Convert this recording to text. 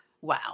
wow